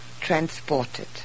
transported